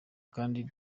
kandi